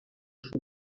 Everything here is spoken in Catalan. sud